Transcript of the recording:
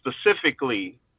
specifically